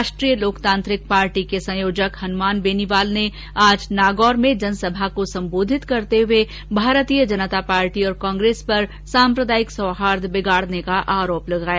राष्ट्रीय लोकतांत्रिक पार्टी के संयोजक हनुमान बेनीवाल ने आज नागौर में जनसभा को सम्बोधित करते हुए भारतीय जनता पार्टी और कांग्रेस पर साम्प्रदायिक सौहार्द बिगाड़ने का आरोप लगाया